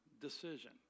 decision